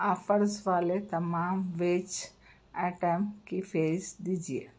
offers والے تمام veg item کی فہرست دیجیئے